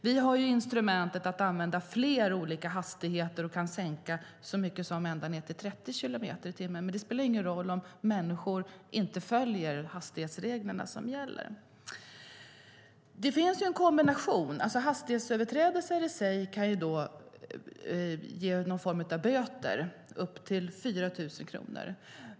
Vi har instrumentet att använda flera olika hastigheter och kan sänka hastigheten ända ned till 30 kilometer i timmen. Men det spelar ingen roll om människor inte följer de hastighetsregler som gäller. Hastighetsöverträdelser i sig kan ge någon form av böter - upp till 4 000 kronor.